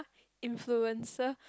influencer